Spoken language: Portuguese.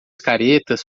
caretas